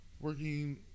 working